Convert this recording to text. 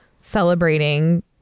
celebrating